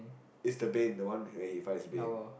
it's the Bane the one where he fights Bane